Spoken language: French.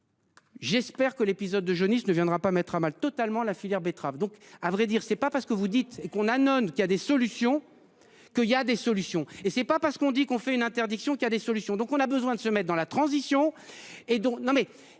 J'espère que l'épisode de jaunisse ne viendra pas mettre à mal totalement la filière betterave donc à vrai dire c'est pas parce que vous dites et qu'on ânonne qui a des solutions que il y a des solutions et c'est pas parce qu'on dit qu'on fait une interdiction qui a des solutions donc on a besoin de se mettent dans la transition